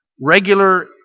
regular